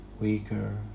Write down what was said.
weaker